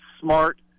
smart